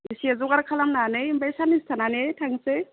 एसे जगार खालामनानै ओमफ्राय साननैसो थानानै थांसै